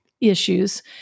issues